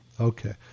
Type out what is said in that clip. Okay